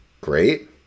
Great